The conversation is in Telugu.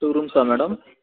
టూ రూమ్సా మేడమ్